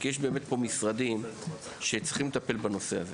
כי באמת יש פה משרדים שצריכים לטפל בנושא הזה.